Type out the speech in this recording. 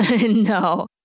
No